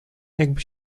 jakby